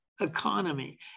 economy